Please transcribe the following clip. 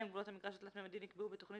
(2)גבולות המגרש התלת־ממדי נקבעו בתכנית